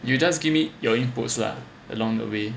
you just give me your inputs lah along the way